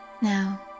Now